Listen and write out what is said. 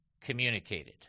communicated